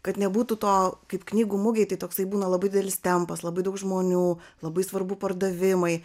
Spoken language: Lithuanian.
kad nebūtų to kaip knygų mugėj tai toksai būna labai didelis tempas labai daug žmonių labai svarbu pardavimai